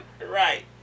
Right